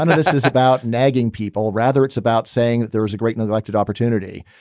and this is about nagging people. rather, it's about saying that there was a great neglected opportunity.